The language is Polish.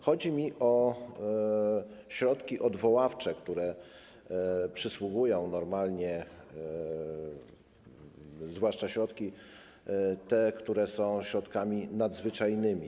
Chodzi mi o środki odwoławcze, które przysługują normalnie, zwłaszcza te środki, które są środkami nadzwyczajnymi.